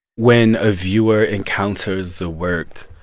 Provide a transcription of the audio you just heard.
when a viewer encounters the work,